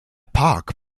park